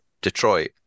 Detroit